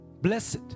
Blessed